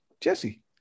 Jesse